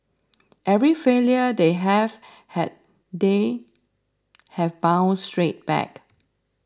every failure they have had they have bounced straight back